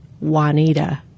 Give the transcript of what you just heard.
Juanita